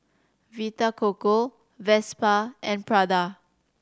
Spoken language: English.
Vita Coco Vespa and Prada